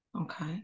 okay